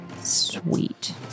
Sweet